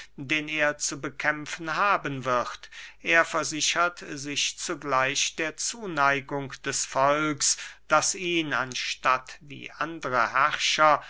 den er zu bekämpfen haben wird er versichert sich zugleich der zuneigung des volks das ihn anstatt wie andre herrscher